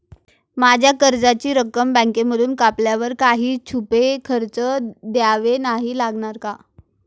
माझ्या कर्जाची रक्कम बँकेमधून कापल्यावर काही छुपे खर्च द्यावे नाही लागणार ना?